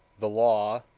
the law,